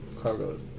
Cargo